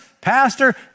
pastor